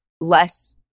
less